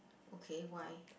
okay why